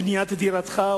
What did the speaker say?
"בנה דירתך",